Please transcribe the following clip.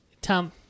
Tom